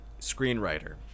screenwriter